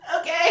Okay